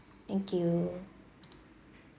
thank you